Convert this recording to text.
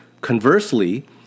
Conversely